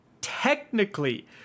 technically